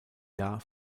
jahr